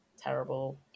terrible